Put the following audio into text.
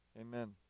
amen